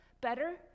better